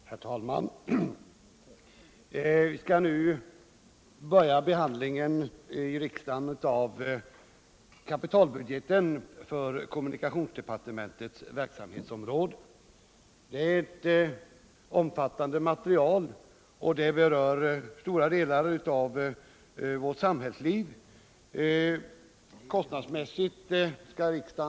Herr talman! Vi skall nu börja behandlingen av kapitalbudgeten inom kommunikationsdepartementet. Det är ett omfattande material som berör stora delar av vårt samhällsliv.